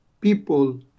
people